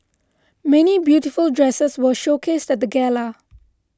many beautiful dresses were showcased at the gala